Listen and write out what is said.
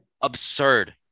absurd